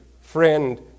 friend